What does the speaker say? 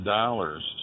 dollars